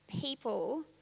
people